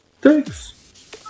Thanks